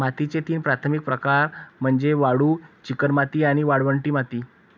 मातीचे तीन प्राथमिक प्रकार म्हणजे वाळू, चिकणमाती आणि वाळवंटी माती